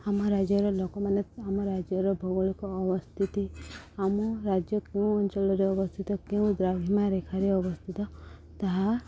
ଆମ ରାଜ୍ୟର ଲୋକମାନେ ଆମ ରାଜ୍ୟର ଭୌଗୋଳିକ ଅବସ୍ଥିତି ଆମ ରାଜ୍ୟ କେଉଁ ଅଞ୍ଚଳରେ ଅବସ୍ଥିତ କେଉଁ ଦ୍ରାଘିମା ରେଖାରେ ଅବସ୍ଥିତ ତାହା